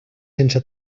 sense